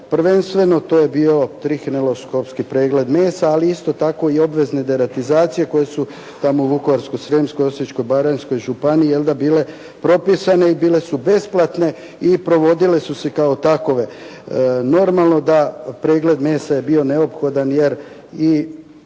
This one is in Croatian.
Prvenstveno, to je bilo trihineloskopski pregled mesa, ali isto tako i obvezne deratizacije koje su tako u Vukovarsko-srijemskoj, Osječko-baranjskoj županiji bile propisane i bile su besplatne i provodile su se kao takove. Normalno da pregled mesa je bio neophodan jer i